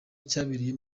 cyabereye